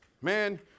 Man